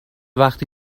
وقتی